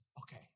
okay